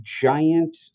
giant